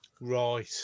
right